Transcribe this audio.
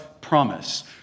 promise